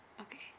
Okay